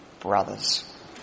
Brothers